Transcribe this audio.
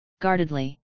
guardedly